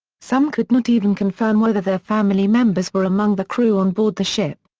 some could not even confirm whether their family members were among the crew on board the ship.